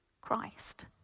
Christ